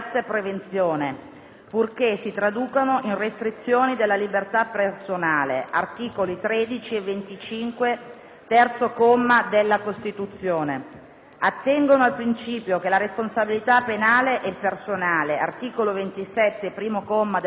purché si traducano in restrizioni della libertà personale (articoli 13 e 25, terzo comma, della Costituzione); attengono al principio che la «responsabilità penale è personale» (articolo 27, primo comma, della Costituzione);